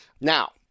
Now